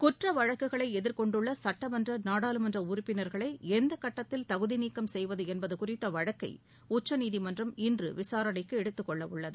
குற்றவழக்குகளை எதிர்கொண்டுள்ள சுட்டமன்ற நாடாளுமன்ற உறுப்பினர்களை எந்தக் கட்டத்தில் தகுதிநீக்கம் செய்வது என்பது குறித்த வழக்கை உச்சநீதிமன்றம் இன்று விசாரணைக்கு எடுத்துக் கொள்ளவுள்ளது